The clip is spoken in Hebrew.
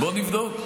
בוא נבדוק.